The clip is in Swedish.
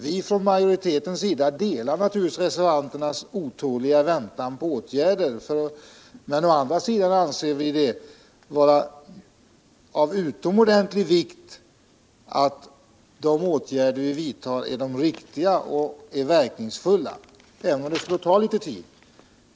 Vi från majoritetens sida delar naturligtvis reservanternas otåliga väntan på åtgärder, men å andra sidan anser vi det vara av utomordentlig vikt att de åtgärder som vi vidtar är de 145 riktiga och att de är verkningsfulla, även om det skulle ta litet tid att komma fram till dem.